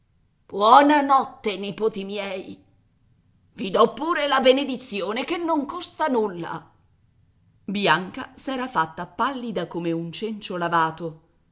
notte nipoti miei i dò pure la benedizione che non costa nulla bianca s'era fatta pallida come un cencio lavato